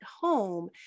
home